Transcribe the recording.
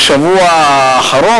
בשבוע האחרון,